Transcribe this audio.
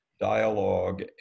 dialogue